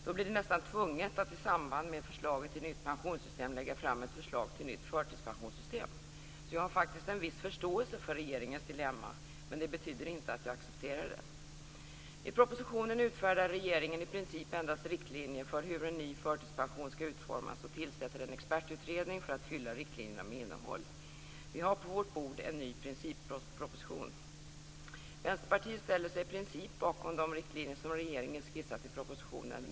Då blir det nästan tvunget att i samband med förslaget till nytt pensionssystem lägga fram ett förslag till nytt förtidspensionssystem. Jag har faktiskt en viss förståelse för regeringens dilemma, men det betyder inte att jag accepterar det. I propositionen utfärdar regeringen i princip endast riktlinjer för hur en ny förtidspension skall utformas och tillsätter en expertutredning för att fylla riktlinjerna med innehåll. Vi har på vårt bord en ny principproposition. Vänsterpartiet ställer sig i princip bakom de riktlinjer som regeringen skissat i propositionen.